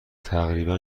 تقریبا